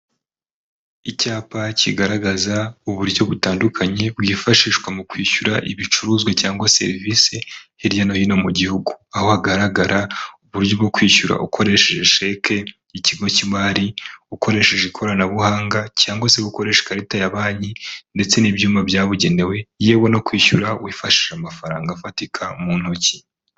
Icyapa kigaragaza uburyo butandukanye bwifashishwa mu kwishyura ibicuruzwa cyangwa serivise hirya no hino mu gihugu, aho hagaragara uburyo bwo kwishyura ukoresheje sheke y'ikigo cy'imari, ukoresheje ikoranabuhanga, cyangwa se gukoresha ikarita ya Banki, ndetse n'ibyuma byabugenewe, yewe no kwishyura wifashisha amafaranga afatika mu ntoki.